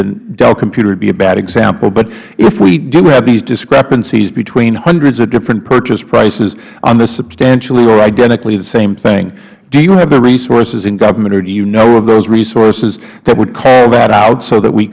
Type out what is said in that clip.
and dell computers would be a bad example but if we do have these discrepancies between hundreds of different purchase prices on substantially or identically the same thing do you have the resources in government or do you know of those resources that would call that out so that we